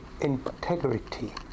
integrity